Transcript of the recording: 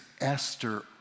Esther